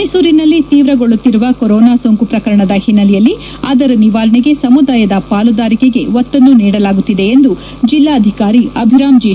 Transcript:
ಮ್ಯಸೂರಿನಲ್ಲಿ ತೀವ್ರಗೊಳ್ಳುತ್ತಿರುವ ಕೊರೊನಾ ಸೋಂಕು ಪ್ರಕರಣದ ಹಿನ್ನೆಲೆಯಲ್ಲಿ ಆದರ ನಿವಾರಣೆಗೆ ಸಮುದಾಯದ ಪಾಲುದಾರಿಕೆಗೆ ಒತನ್ನು ನೀಡಲಾಗುತ್ತಿದೆ ಎಂದು ಜೆಲ್ಲಾಧಿಕಾರಿ ಅಭಿರಾಂ ಜೆ